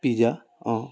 pizza অঁ